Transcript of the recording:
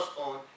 on